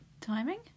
Timing